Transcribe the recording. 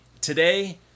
Today